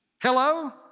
Hello